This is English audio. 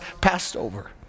Passover